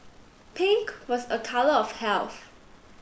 pink was a colour of health